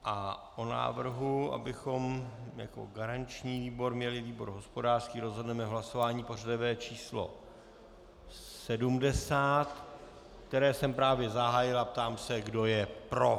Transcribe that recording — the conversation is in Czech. O návrhu, abychom jako garanční výbor měli výbor hospodářský, rozhodneme v hlasování pořadové číslo 70, které jsem právě zahájil, a ptám se, kdo je pro.